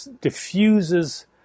diffuses